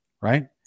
Right